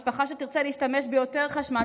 משפחה שתרצה להשתמש ביותר חשמל,